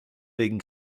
wegen